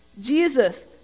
Jesus